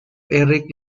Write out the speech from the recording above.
erik